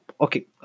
Okay